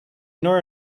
nor